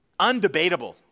undebatable